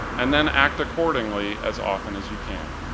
and then act accordingly as often as you can.